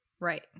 Right